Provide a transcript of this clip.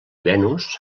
venus